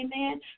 Amen